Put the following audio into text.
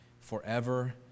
forever